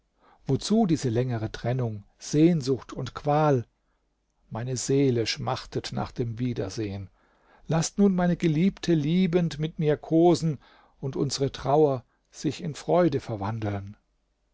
wozu diese längere trennung sehnsucht und qual meine seele schmachtet nach dem wiedersehen laßt nun meine geliebte liebend mit mir kosen und unsere trauer sich in freude verwandeln